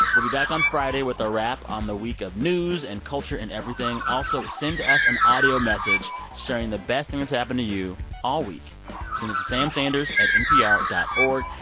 we'll be back on friday with a wrap on the week of news and culture and everything. also, send us an audio message sharing the best thing that's happened to you all week. send it to sam sanders at npr dot org.